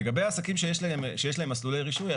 לגבי עסקים שיש להם מסלולי רישוי,